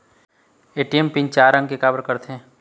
ATM PIN चार अंक के का बर करथे?